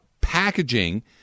packaging –